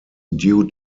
due